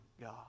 God